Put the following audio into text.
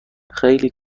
خیلی